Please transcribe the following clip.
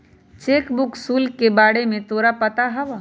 Cheque book शुल्क के बारे में तोरा पता हवा?